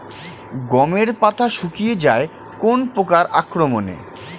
গমের পাতা শুকিয়ে যায় কোন পোকার আক্রমনে?